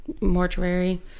mortuary